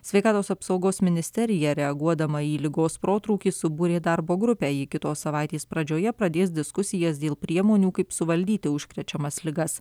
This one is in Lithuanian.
sveikatos apsaugos ministerija reaguodama į ligos protrūkį subūrė darbo grupę ji kitos savaitės pradžioje pradės diskusijas dėl priemonių kaip suvaldyti užkrečiamas ligas